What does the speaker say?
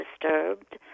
disturbed